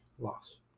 Loss